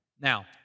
Now